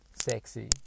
sexy